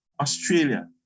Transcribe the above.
Australia